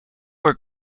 were